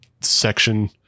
section